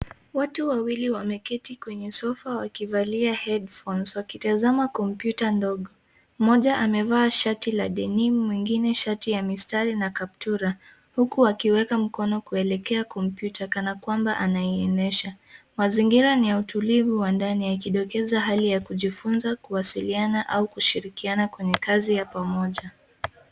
Watu wawili wameketi kwenye sofa, wakivalia headphones , wakitazama kompyuta ndogo. Mmoja amevaa shati la denim , mwingine shati ya mistari na kaptura. Huku wakiweka mkono kuelekea kompyuta, kana kwamba anaonyesha. Mazingira ni ya utulivu wa ndani, yakidokeza hali ya kujifunza, kuwasiliana au kushirikiana kwenye kazi ya pamoja.